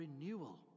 renewal